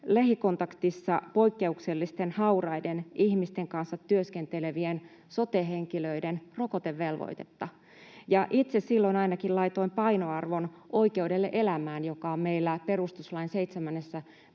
lähikontaktissa poikkeuksellisen hauraiden ihmisten kanssa työskentelevien sote-henkilöiden rokotevelvoitetta. Ainakin itse silloin laitoin painoarvon oikeudelle elämään, joka on meillä perustuslain 7